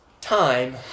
time